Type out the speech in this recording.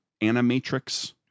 Animatrix